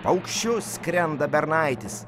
paukščiu skrenda bernaitis